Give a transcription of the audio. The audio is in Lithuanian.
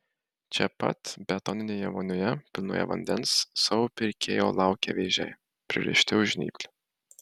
čia pat betoninėje vonioje pilnoje vandens savo pirkėjo laukia vėžiai pririšti už žnyplių